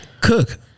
Cook